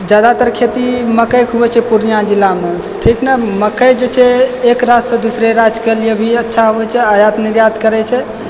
ज्यादातर खेती मकईके होइत छै पुर्णियाँ जिलामे ठीक नऽ मकई जे छै एक राज्यसँ दूसरे राज्यके लिये भी अच्छा होइत छै आयात निर्यात करैत छै